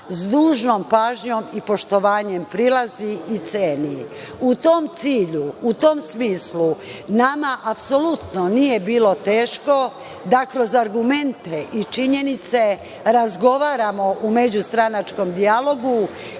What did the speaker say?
sa dužnom pažnjom i poštovanjem prilazi i ceni.U tom cilju, u tom smislu, nama apsolutno nije bilo teško da kroz argumente i činjenice razgovaramo u međustranačkom dijalogu